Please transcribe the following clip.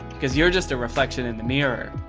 cause you're just a reflection in the mirror.